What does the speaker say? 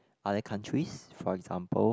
other countries for example